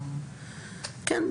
כן,